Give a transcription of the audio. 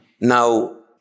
Now